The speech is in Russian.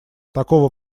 такого